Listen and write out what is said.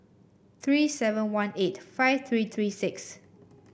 three seven one eight five three three six